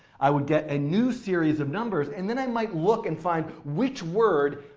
i would get a new series of numbers. and then i might look and find which word,